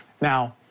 Now